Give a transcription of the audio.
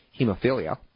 hemophilia